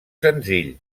senzill